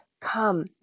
come